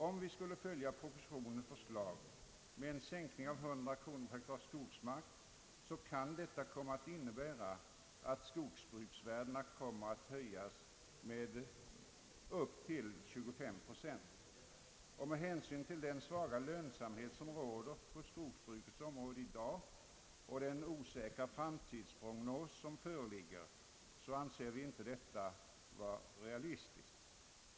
Om vi skulle följa propositionens förslag om en sänkning av värdet med 100 kronor per hektar skogsmark, kan detta komma att innebära att skogsvärdena kommer att höjas med upp till 25 procent. Med hänsyn till den svaga lönsamhet som råder på skogsbrukets område i dag och den osäkra framtidsprognos som föreligger anser vi inte detta vara realistiskt.